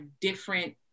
different